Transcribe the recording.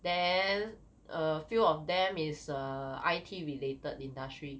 then a few of them is err I_T related industry